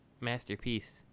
Masterpiece